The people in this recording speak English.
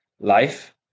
life